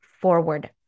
forward